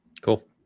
cool